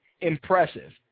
impressive